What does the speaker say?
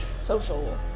Social